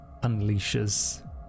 unleashes